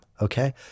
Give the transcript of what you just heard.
okay